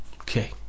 okay